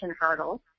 hurdles